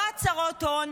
לא הצהרות הון.